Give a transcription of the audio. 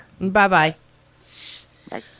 bye-bye